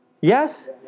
Yes